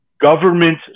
government